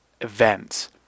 events